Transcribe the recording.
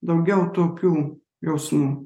daugiau tokių jausmų